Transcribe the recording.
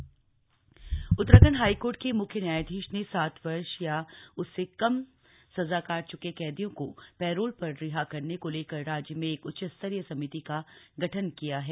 high court corona Uttarakhand high court के म्ख्य न्यायधीश ने सात वर्ष या उससे कम सजा काट च्के कैदियों को पैरोल पर रिहा करने को लेकर राज्य में एक उच्च स्तरीय समिति का गठन किया गया है